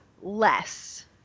less